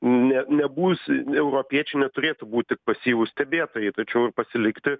ne nebūsi europiečiai neturėtų būti pasyvūs stebėtojai tačiau ir pasilikti